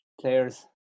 players